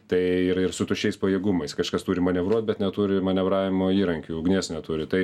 tai ir ir su tuščiais pajėgumais kažkas turi manevruot bet neturi manevravimo įrankių ugnies neturi tai